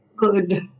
Good